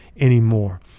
anymore